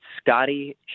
Scotty